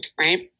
right